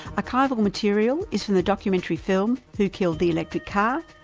archival material is from the documentary film, who killed the electric car?